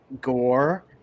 gore